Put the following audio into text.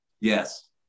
Yes